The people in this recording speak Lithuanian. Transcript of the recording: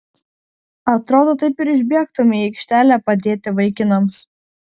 atrodo taip ir išbėgtumei į aikštelę padėti vaikinams